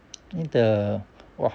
eh the !wah!